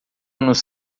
nos